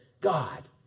God